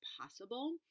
possible